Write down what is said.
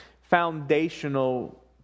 foundational